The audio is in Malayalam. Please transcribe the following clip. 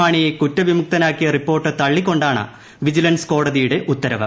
മാണിയെ കുറ്റവിമുക്തനാക്കിയ റിപ്പോർട്ട് തള്ളിക്കൊണ്ടാണ് വിജിലൻസ് കോടതിയുടെ ഉത്തരവ്